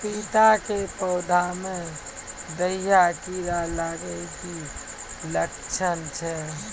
पपीता के पौधा मे दहिया कीड़ा लागे के की लक्छण छै?